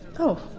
oh.